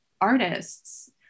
artists